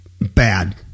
bad